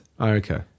okay